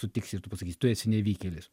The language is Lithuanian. sutiksi ir tu pasakysi tu esi nevykėlis